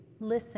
listen